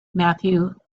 matthew